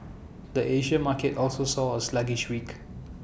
the Asia market also saw A sluggish week